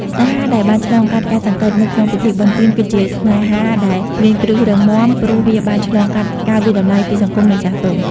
ស្នេហាដែលបានឆ្លងកាត់ការសង្កេតមើលក្នុងពិធីបុណ្យទាន គឺជាស្នេហាដែល "មានគ្រឹះរឹងមាំ" ព្រោះវាបានឆ្លងកាត់ការវាយតម្លៃពីសង្គម និងចាស់ទុំ។